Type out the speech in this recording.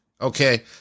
Okay